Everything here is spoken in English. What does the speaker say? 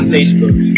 Facebook